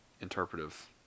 interpretive